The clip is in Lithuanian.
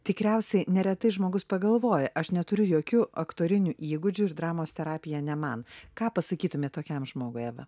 tikriausiai neretai žmogus pagalvoja aš neturiu jokių aktorinių įgūdžių ir dramos terapija ne man ką pasakytumėt tokiam žmogui eva